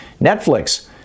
Netflix